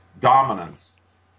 dominance